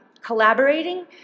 collaborating